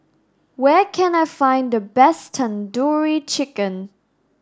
where can I find the best Tandoori Chicken